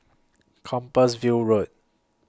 Compassvale Road